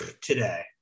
Today